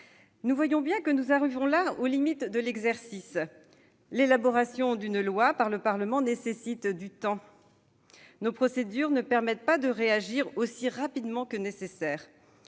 plus vite possible. Nous arrivons là aux limites de l'exercice. L'élaboration d'une loi par le Parlement nécessite du temps. Nos procédures ne permettent pas de réagir aussi rapidement que nécessaire.